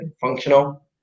functional